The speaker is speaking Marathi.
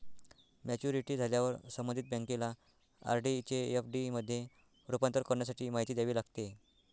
मॅच्युरिटी झाल्यावर संबंधित बँकेला आर.डी चे एफ.डी मध्ये रूपांतर करण्यासाठी माहिती द्यावी लागते